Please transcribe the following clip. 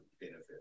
benefit